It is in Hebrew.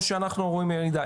או שאנחנו רואים ירידה?